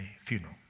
funeral